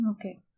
Okay